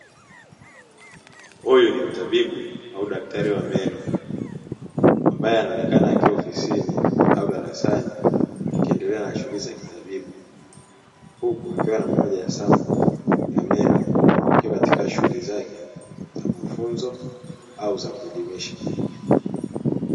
Huyu ni mtabibu au daktari wa meno ambaye anaonekana akiwa ofisini au darasani akiendelea na shughuli za kitabibu, huku akiwa na moja ya mfano wa meno ikiwa katika shughuli zake za mafunzo au za kuelimisha.